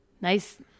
Nice